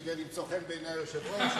כדי למצוא חן בעיני היושב-ראש.